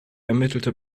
ermittelte